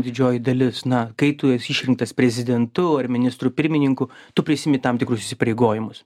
didžioji dalis na kai tu esi išrinktas prezidentu ar ministru pirmininku tu prisiimi tam tikrus įsipareigojimus